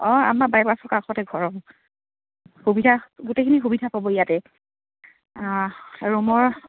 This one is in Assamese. অঁ আমাৰ বাইপাছৰ কাষতে ঘৰ সুবিধা গোটেইখিনি সুবিধা প'ব ইয়াতে ৰুমৰ